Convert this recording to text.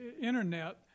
internet